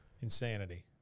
Insanity